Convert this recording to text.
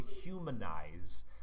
humanize